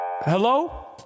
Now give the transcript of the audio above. Hello